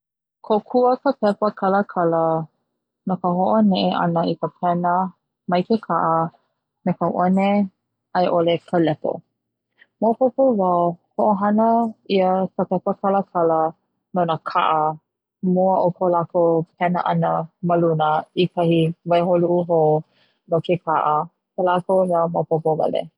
Kokua ka pepa kalakala no ka ho'one'e ana i ka pena mai ke ka'a me ka 'one 'ai 'ole ka lepo, maopopo wau ho'ohana 'ia ka pepa kalakala nona ka'a a ma mua o ka lakou pena ana ma luna i kahi waiho'olu'u hou no ke ka'a kela ko'u mea maopopo wale.